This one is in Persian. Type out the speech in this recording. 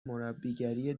مربیگری